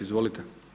Izvolite.